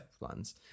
ones